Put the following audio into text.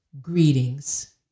greetings